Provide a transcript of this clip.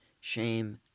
shame